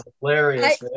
hilarious